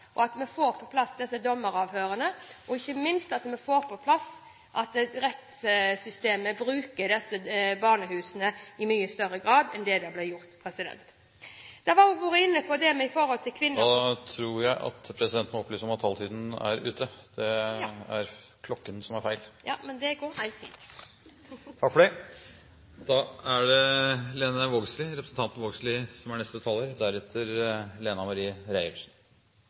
og at vi får på plass disse dommeravhørene, og ikke minst at vi får på plass at rettssystemet bruker disse barnehusene i mye større grad enn det de har gjort. En har òg vært inne på …. Da tror jeg presidenten må opplyse om at taletiden er ute. Det er klokken som er feil. Det går helt fint. Takk for det.